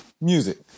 Music